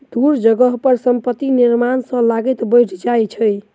दूर जगह पर संपत्ति निर्माण सॅ लागत बैढ़ जाइ छै